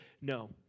No